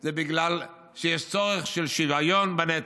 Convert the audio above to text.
זה בגלל שיש צורך של שוויון בנטל.